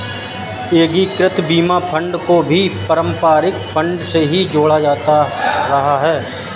एकीकृत बीमा फंड को भी पारस्परिक फंड से ही जोड़ा जाता रहा है